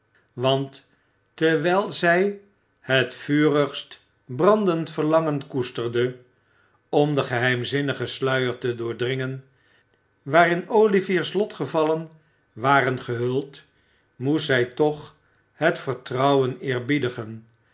want terwijl zij het vurigst brandend verlangen koesterde om den geheimzinnigen sluier te doordringen waarin olivier's lotgevallen waren gehuld moest zij toch het vertrouwen